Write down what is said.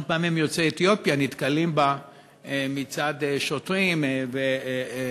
פעמים יוצאי אתיופיה נתקלים בהן מצד שוטרים ואחרים.